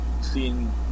seeing